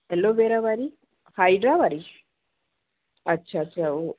aloe vera वारी हाइड्रा वारी अच्छा अच्छा उहो